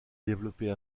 développer